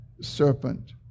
serpent